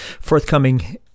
forthcoming